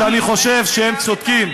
לא כי אני חושב שהם צודקים,